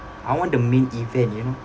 I want the main event you know